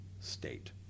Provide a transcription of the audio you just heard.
state